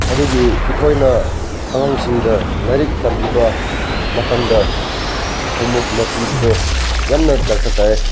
ꯑꯗꯨꯒꯤ ꯑꯩꯈꯣꯏꯅ ꯑꯉꯥꯡꯁꯤꯡꯗ ꯂꯥꯏꯔꯤꯛ ꯇꯝꯕꯤꯕ ꯃꯇꯝꯗ ꯍꯣꯝꯋꯣꯔꯛꯀꯨꯝꯕ ꯄꯤꯕꯗꯣ ꯌꯥꯝꯅ ꯗꯔꯀꯥꯔ ꯇꯥꯏꯌꯦ